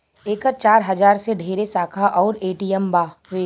एकर चार हजार से ढेरे शाखा अउर ए.टी.एम बावे